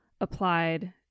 applied